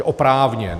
Oprávněn.